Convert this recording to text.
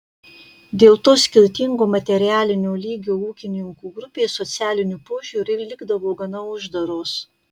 dėl to skirtingo materialinio lygio ūkininkų grupės socialiniu požiūriu likdavo gana uždaros